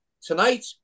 Tonight